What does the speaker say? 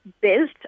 built